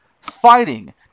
fighting